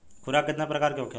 खुराक केतना प्रकार के होखेला?